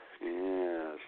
Yes